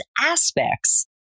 aspects